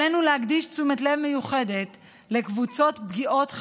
עלינו להקדיש תשומת לב מיוחדת לקבוצות פגיעות,